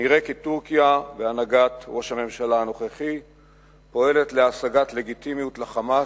נראה כי טורקיה בהנהגת ראש הממשלה הנוכחי פועלת להשגת לגיטימיות ל"חמאס"